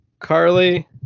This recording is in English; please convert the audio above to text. carly